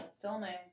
filming